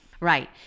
Right